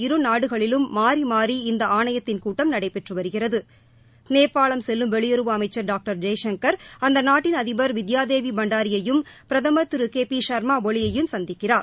இருநாடுகளிலும் மாறி மாறி இந்த ஆணையத்தின் கூட்டம் நடைபெற்று வருகிறது அங்முதல் நேபாளம் செல்லும் வெளியுறவு அமைச்சர் டாக்டர் ஜெய்ஷங்கர் அந்த நாட்டின் அதிபர் வித்யாதேவி பண்டாரியையும் பிரதமர் திரு கே பி சர்மா ஒளியையும் சந்திக்கிறார்